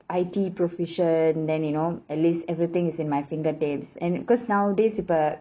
I_T proficient then you know at least everything is in my fingertips and because nowadays but